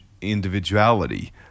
individuality